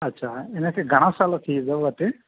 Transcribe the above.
अच्छा हिनखे घणा साल थी विया वठे